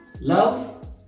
love